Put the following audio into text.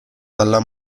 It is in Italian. dalla